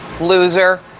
loser